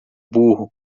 burro